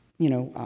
you know,